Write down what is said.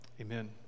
Amen